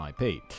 IP